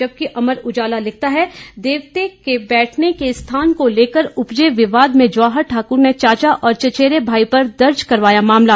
जबकि अमर उजाला लिखता है देवता के बैठने के स्थान को लेकर उपजे विवाद में जवाहर ठाकुर ने चाचा और चचेरे भाईयों पर दर्ज करवाया मामला